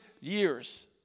years